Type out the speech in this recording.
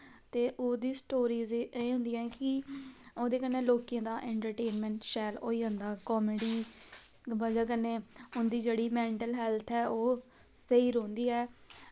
ते ओह्दी स्टोरीज एह् होंदियां कि ओह्दे कन्ने लोकें दा एंटरटेनमेंट शैल होई जंदा कामेडी दी बजा कन्नै उंदी जेह्ड़ी मैंटल हैल्थ ऐ ओह् स्हेई रौंह्दी ऐ